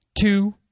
two